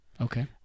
Okay